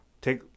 take